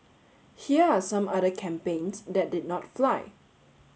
here are some other campaigns that did not fly